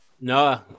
No